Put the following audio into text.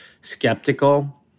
skeptical